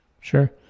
sure